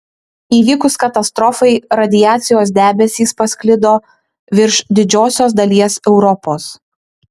įvykus katastrofai radiacijos debesys pasklido virš didžiosios dalies europos